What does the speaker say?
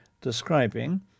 describing